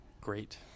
great